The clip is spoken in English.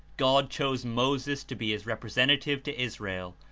god chose moses to be his rep resentative to israel,